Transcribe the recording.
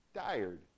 Tired